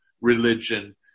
religion